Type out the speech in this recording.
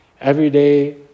Everyday